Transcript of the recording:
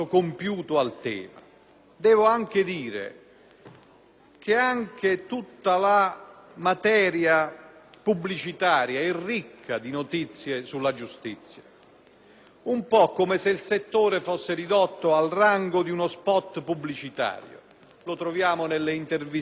che anche tutta la materia pubblicitaria è ricca di notizie sulla giustizia, un po' come se il settore fosse ridotto al rango di uno *spot* pubblicitario: lo troviamo nelle interviste televisive, anche queste mai di pertinenza;